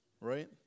Right